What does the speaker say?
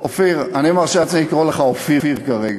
אופיר, אני מרשה לעצמי לקרוא לך אופיר כרגע.